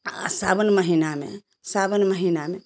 अथी सावन महीना में सावन महीना में